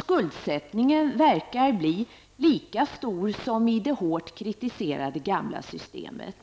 Skuldsättningen verkar bli lika stor som i det hårt kritiserade gamla systemet.